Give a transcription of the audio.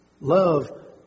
Love